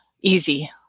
easy